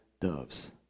doves